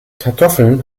kartoffeln